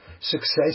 Success